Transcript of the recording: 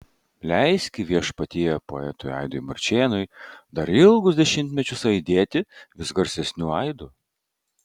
leiski viešpatie poetui aidui marčėnui dar ilgus dešimtmečius aidėti vis garsesniu aidu